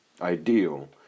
Ideal